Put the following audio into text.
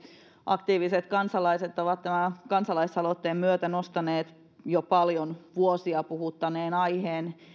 aktiiviset kansalaiset ovat tämän kansalaisaloitteen myötä nostaneet jo paljon vuosia puhuttaneen aiheen